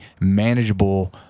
manageable